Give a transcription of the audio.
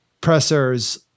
pressers